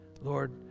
Lord